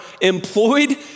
employed